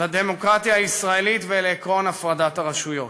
לדמוקרטיה הישראלית ולעקרון הפרדת הרשויות.